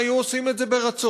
הם היו עושים את זה ברצון.